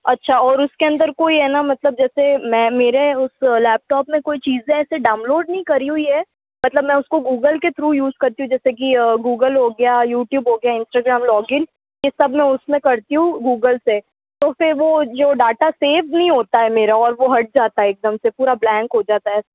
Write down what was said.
अच्छा और उसके अंदर कोई है ना मतलब जैसे मैं मेरे उस लैपटॉप में कोई चीज़ें ऐसे डाउनलोड नहीं कर रही है मतलब मैं उसको गूगल के थ्रू यूज़ करती हूँ जैसे की गूगल हो गया यूट्यूब हो गया इन्सटाग्राम लॉगिन ये सब मैं उसमें करती हूँ गूगल से तो फिर वो जो डेटा सेव नहीं होता है मेरा और वो हट जाता है एकदम से पूरा ब्लेंक हो जाता है